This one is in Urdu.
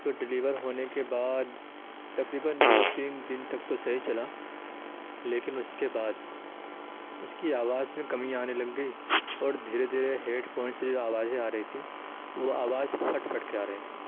تو ڈلیور ہونے کے بعد تقریباً دو تین دن تک تو صحیح چلا لیکن اس کے بعد اس کی آواز میں کمی آنے لگ گئی اور دھیرے دھیرے ہیڈ فون سے جو آوازیں آ رہی تھی وہ آواز پھٹ پھٹ کے آ رہی تھی